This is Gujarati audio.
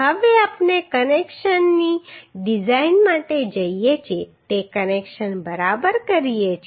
હવે આપણે કનેક્શનની ડીઝાઈન માટે જઈએ છીએ તે કનેક્શન બરાબર કરીએ છીએ